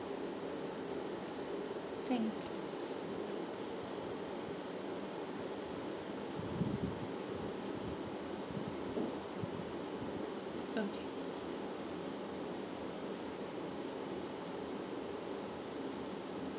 thanks okay